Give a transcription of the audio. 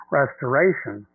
restoration